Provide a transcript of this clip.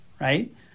right